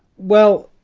well,